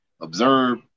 observe